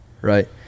right